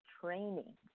training